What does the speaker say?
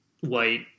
white